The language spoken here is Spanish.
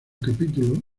capítulo